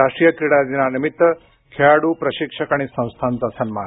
राष्ट्रीय क्रीडा दिनानिमित्त खेळाडू प्रशिक्षक आणि संस्थांचा सन्मान